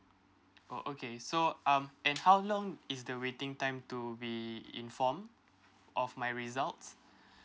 oh okay so um and how long is the waiting time to be inform of my results